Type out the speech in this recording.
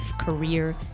career